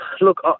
Look